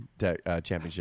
championship